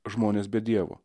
žmonės be dievo